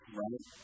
right